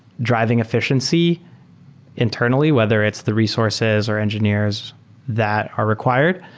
driving effi ciency internally, whether it's the resources or engineers that are required,